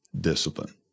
discipline